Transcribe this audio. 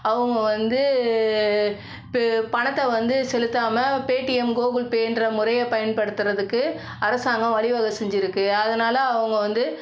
அவங்க வந்து பெ பணத்தை வந்து செலுத்தாமல் பேடிஎம் கூகுள்பேன்ற முறையை பயன்படுத்துகிறதுக்கு அரசாங்கம் வழிவக செஞ்சிருக்குது அதனால் அவங்க வந்து